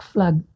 Flag